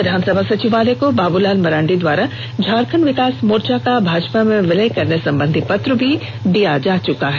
विधानसभा सचिवालय को बाबूलाल मरांडी द्वारा झारखंड विकास मोर्चा का भाजपा में विलय करने संबंधी पत्र भी दिया जा चुका है